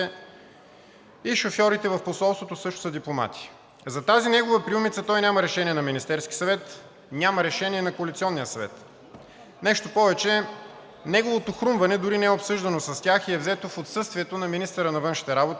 и шофьорите в посолството също са дипломати. За тази негова приумица той няма решение на Министерския съвет, няма решение на Коалиционния съвет. Нещо повече, неговото хрумване дори не е обсъждано с тях и е взето в отсъствието на министъра на външните работи